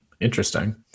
interesting